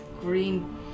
green